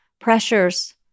pressures